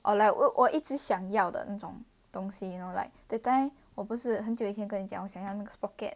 or like 我我一直想要的那种东西咯 like that time 我不是很久以前跟你讲我想要那个 sprocket